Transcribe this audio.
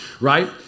right